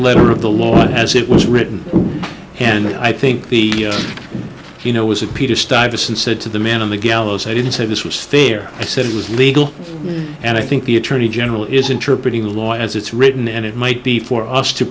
letter of the law as it was written and i think the you know was it peter stuyvesant said to the man on the gallows i didn't say this was theer i said it was legal and i think the attorney general is interpreting the law as it's written and it might be for us to